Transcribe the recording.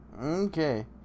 Okay